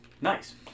Nice